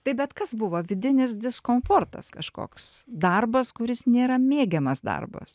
taip bet kas buvo vidinis diskomfortas kažkoks darbas kuris nėra mėgiamas darbas